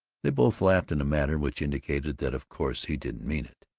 they both laughed in a manner which indicated that of course he didn't mean it.